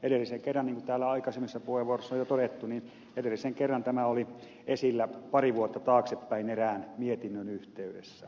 edellisen kerran niin kuin täällä aikaisemmissa puheenvuoroissa on jo todettu tämä oli esillä pari vuotta taaksepäin erään mietinnön yhteydessä